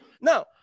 Now